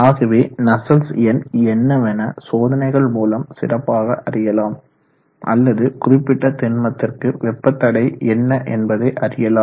ஆகவே நஸ்சல்ட்ஸ் எண் என்னவென சோதனைகள் மூலம் சிறப்பாக அறியலாம் அல்லது குறிப்பிட்ட திண்மத்திற்கு வெப்ப தடை என்ன என்பதை அறியலாம்